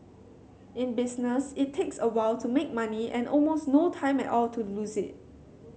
in business it takes a while to make money and almost no time at all to lose it